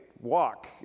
walk